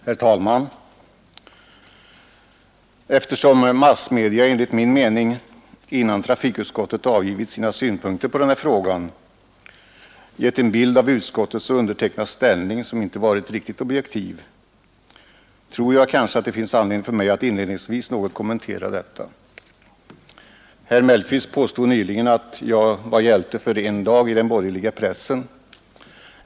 Herr talman! Eftersom massmedia enligt min mening, innan trafikutskottet avgivit sina synpunkter på den här frågan, gett en bild av utskottets och undertecknads ställning som inte varit riktigt objektiv tror jag att det finns anledning för mig att inledningsvis kommentera detta. Herr Mellqvist påstod att jag var hjälte för en dag i den borgerliga pressen.